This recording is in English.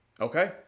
okay